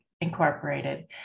Incorporated